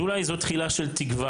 זו אולי תחילה של תקווה.